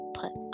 put